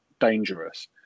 dangerous